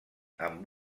amb